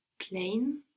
plain